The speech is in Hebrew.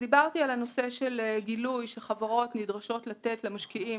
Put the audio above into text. דיברתי על הנושא של הגילוי שהחברות נדרשות לתת למשקיעים